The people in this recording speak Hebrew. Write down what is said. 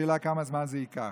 השאלה כמה זמן זה ייקח.